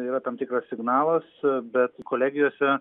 yra tam tikras signalas bet kolegijose